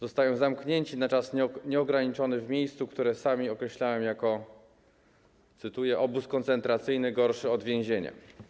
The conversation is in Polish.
Zostają zamknięci na czas nieograniczony w miejscu, które sami określają jako, cytuję, obóz koncentracyjny gorszy od więzienia.